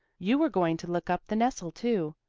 you were going to look up the nestle too.